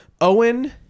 Owen